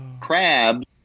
crabs